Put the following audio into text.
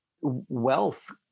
Wealth